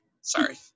Sorry